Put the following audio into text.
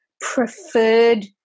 preferred